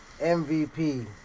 MVP